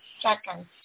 seconds